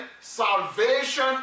Salvation